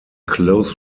close